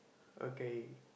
okay